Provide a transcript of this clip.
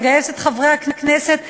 לגייס את חברי הכנסת לעשות,